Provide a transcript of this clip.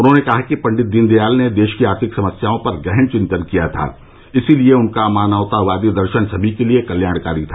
उन्होंने कहा कि पंडित दीनदयाल ने देश की आर्थिक समस्याओं पर गहन चिन्तन किया था इसीलिए उनका मानवतावादी दर्शन समी के लिए कल्याणकारी था